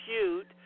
shoot